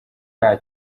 nta